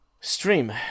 stream